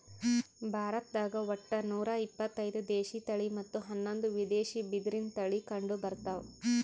ಭಾರತ್ದಾಗ್ ಒಟ್ಟ ನೂರಾ ಇಪತ್ತೈದು ದೇಶಿ ತಳಿ ಮತ್ತ್ ಹನ್ನೊಂದು ವಿದೇಶಿ ಬಿದಿರಿನ್ ತಳಿ ಕಂಡಬರ್ತವ್